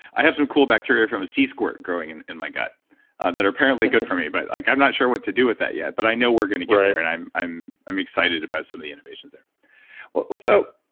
i have some cool bacteria from a sea squirt growing and in my gut that are apparently good for me, but i'm not sure what to do with that yet. but i know we're gonna get there right and i'm i'm excited about some of the innovations there well well so,